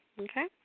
Okay